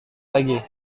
lagi